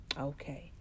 Okay